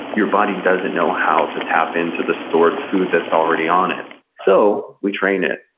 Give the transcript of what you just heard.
your body doesn't know how to tap into the stored food that's already on it. so, we train it.